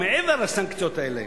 מעבר לסנקציות האלה,